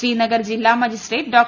ശ്രീനഗർ ജില്ലാ മജിസ്ട്രേറ്റ് ഡോ